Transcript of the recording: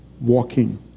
walking